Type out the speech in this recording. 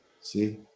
See